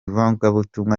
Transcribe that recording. ivugabutumwa